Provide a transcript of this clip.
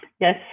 Yes